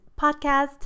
podcast